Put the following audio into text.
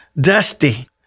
Dusty